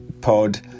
pod